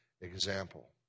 example